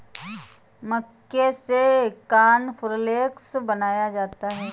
मक्के से कॉर्नफ़्लेक्स बनाया जाता है